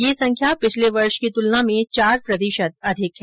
यह संख्या पिछले वर्ष की तुलना में चार प्रतिशत अधिक है